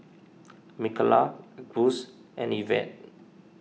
Mikala Gus and Ivette